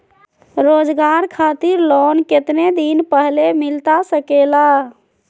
रोजगार खातिर लोन कितने दिन पहले मिलता सके ला?